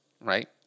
right